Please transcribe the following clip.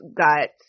got